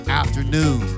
afternoon